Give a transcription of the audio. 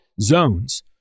zones